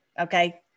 okay